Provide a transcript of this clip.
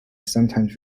sometimes